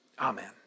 Amen